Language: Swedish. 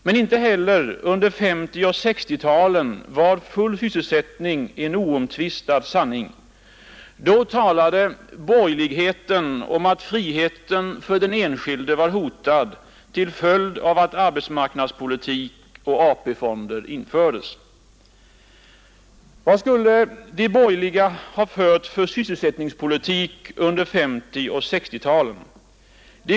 Men inte heller under 1950 och 1960-talen var full sysselsättning en oomtvistad sanning. Då talade borgerligheten om att friheten för den enskilde var hotad till följd av arbetsmarknadspolitik och AP-fonder. Vad skulle de borgerliga ha fört för sysselsättningspolitik under 1950 och 1960-talen?